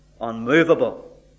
unmovable